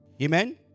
Amen